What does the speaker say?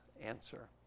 answer